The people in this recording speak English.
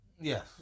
Yes